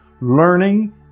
learning